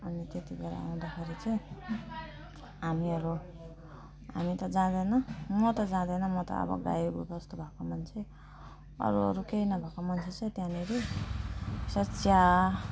अनि त्यति बेला आउँदाखेरि चाहिँ हामीहरू हामी त जााँदैनौँ म त जाँदैन म त अब गाईवस्तु भएको मान्छे अरू अरू केही नभएको मान्छे छ त्यहाँनेरि सच्चा